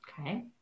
Okay